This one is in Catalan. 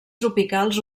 tropicals